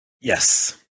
Yes